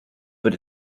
but